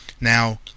Now